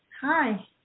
hi